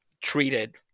treated